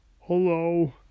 Hello